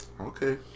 Okay